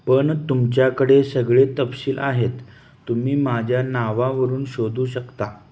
पण तुमच्याकडे सगळे तपशील आहेत तुम्ही माझ्या नावावरून शोधू शकता